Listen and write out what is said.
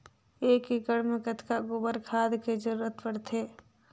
एक एकड़ मे कतका गोबर खाद के जरूरत पड़थे?